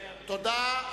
תודה.